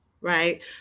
right